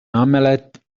omelette